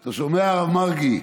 אתה שומע, הרב מרגי?